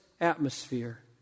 atmosphere